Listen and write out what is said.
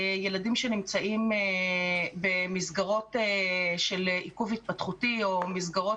ילדים שנמצאים במסגרות של עיכוב התפתחותי או מסגרות